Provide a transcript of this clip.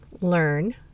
learn